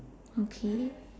okay